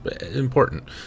important